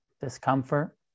discomfort